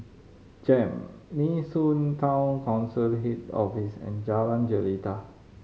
JEM Nee Soon Town Council Head Office and Jalan Jelita